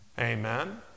Amen